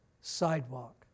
sidewalk